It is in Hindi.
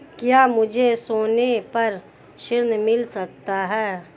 क्या मुझे सोने पर ऋण मिल सकता है?